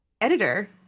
Editor